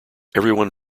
everyone